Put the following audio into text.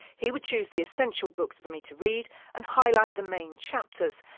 he would choose the essential books for me to read and highlight the main chapters.